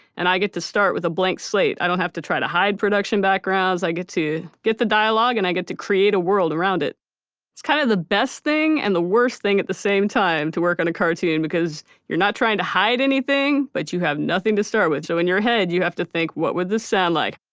and i get to start with a blank slate. i don't have to try to hide production backgrounds. i get to get the dialogue, and i get to create a world around it it's kind of the best thing and the worst thing at the same time to work on a cartoon, because you're not trying to hide anything, but you have nothing to start with, so in your head you have to think, what would this sound like?